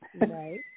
Right